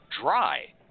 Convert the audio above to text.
dry